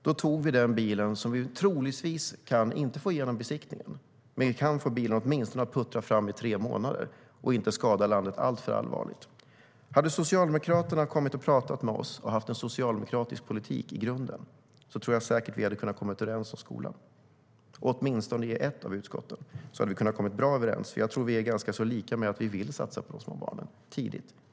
Vi tog den bilen som vi troligtvis inte kan få igenom besiktningen men åtminstone kan få att puttra fram i tre månader och inte skada landet alltför allvarligt. Hade Socialdemokraterna kommit och pratat med oss och haft en socialdemokratisk politik i grunden tror jag säkert att vi hade kunnat komma överens om skolan. Åtminstone i ett av utskotten tror jag att vi hade kunnat komma bra överens. Jag tror att vi är ganska så lika med att vi vill satsa på de små barnen, tidigt.